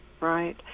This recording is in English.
Right